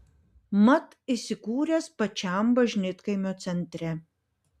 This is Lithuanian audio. mat įsikūręs pačiam bažnytkaimio centre